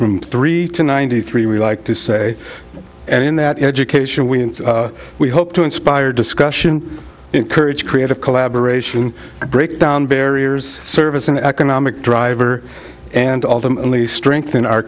ages three to ninety three we like to say and in that education we we hope to inspire discussion encourage creative collaboration break down barriers service an economic driver and ultimately strengthen our